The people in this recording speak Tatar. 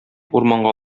урманга